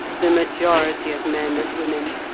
the majority of men and women,